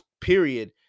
period